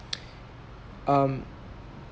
um